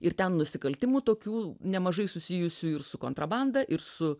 ir ten nusikaltimų tokių nemažai susijusių ir su kontrabanda ir su